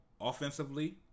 offensively